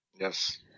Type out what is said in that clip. yes